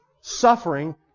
suffering